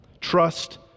Trust